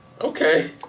Okay